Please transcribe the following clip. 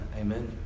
Amen